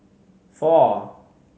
four